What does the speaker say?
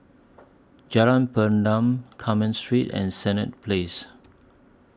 Jalan Pergam Carmen Street and Senett Place